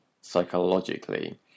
psychologically